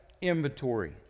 inventory